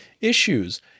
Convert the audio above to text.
issues